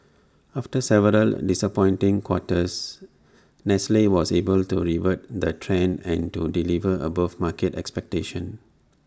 after several disappointing quarters nestle was able to revert the trend and to deliver above market expectations